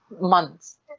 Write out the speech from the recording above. Months